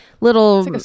little